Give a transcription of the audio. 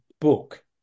book